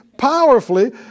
Powerfully